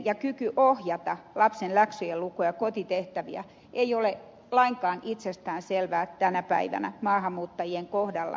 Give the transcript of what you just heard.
sekä kyky ohjata lapsen läksyjenlukua ja kotitehtäviä ei ole lainkaan itsestäänselvää tänä päivänä maahanmuuttajien kohdalla